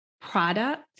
product